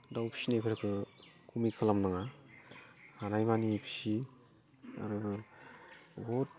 दाउ फिसिनायफोरखौ कमि खालामनाङा हानायमानि फिसि आरो बहुत